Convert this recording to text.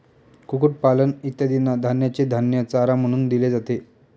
कुक्कुटपालन इत्यादींना धान्याचे धान्य चारा म्हणून दिले जाते